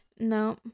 No